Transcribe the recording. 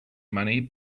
money